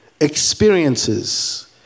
Experiences